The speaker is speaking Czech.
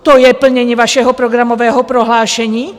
To je plnění vašeho programového prohlášení?